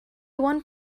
one